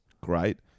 great